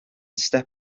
step